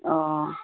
অঁ